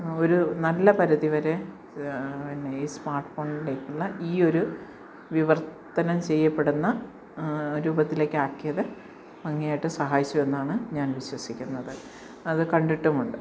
ഒരു നല്ല പരിധി വരെ ഈ സ്മാർട്ഫോണുകളുടെ ഉള്ള ഈ ഒരു വിവർത്തനം ചെയ്യപ്പെടുന്ന രൂപത്തിലേക്ക് ആക്കിയത് അങ്ങേയറ്റം സഹായിച്ചു എന്നാണ് ഞാൻ വിശ്വസിക്കുന്നത് അത് കണ്ടിട്ടുമുണ്ട്